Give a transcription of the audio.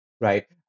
right